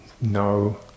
no